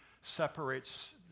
separates